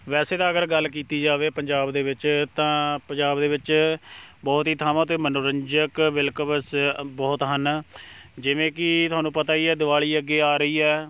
ਵੈਸੇ ਤਾਂ ਅਗਰ ਗੱਲ ਕੀਤੀ ਜਾਵੇ ਪੰਜਾਬ ਦੇ ਵਿੱਚ ਤਾਂ ਪੰਜਾਬ ਦੇ ਵਿੱਚ ਬਹੁਤ ਹੀ ਥਾਵਾਂ 'ਤੇ ਮਨੋਰੰਜਕ ਵਿਕਲਪਸ ਬਹੁਤ ਹਨ ਜਿਵੇਂ ਕਿ ਤੁਹਾਨੂੰ ਪਤਾ ਹੀ ਹੈ ਦਿਵਾਲੀ ਅੱਗੇ ਆ ਰਹੀ ਹੈ